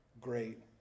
great